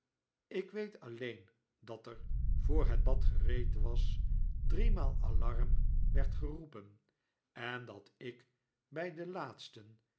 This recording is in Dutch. ik weet alleen dat er voor het bad gereed was driemaal alarm werd geroepen en dat ik bij den laatsten